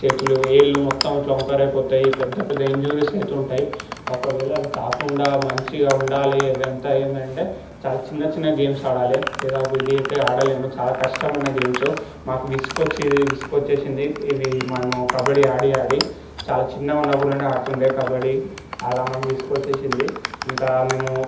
చేతులు వేళ్ళు మొత్తం ఇట్లా వంకర అయిపోతాయి పెద్ద పెద్ద ఇంజ్యూరీస్ అవుతుంటాయి ఒకవేళ అది కాకుండా మంచిగా ఉండాలి అదంతా ఏంటంటే చాలా చిన్నచిన్న గేమ్స్ ఆడాలే లేదా ఇదయితే ఆడలేము చాలా కష్టమైన గేమ్సు మాకు విసుగు వచ్చేది విసుగు వచ్చేసింది ఇదీ మనము కబడ్డీ ఆడి ఆడి చాలా చిన్నగా ఉన్నప్పటి నుండి ఆడుతుండే కబడ్డీ అలా మాకు విసుగు వచ్చేసింది ఇంకా మేము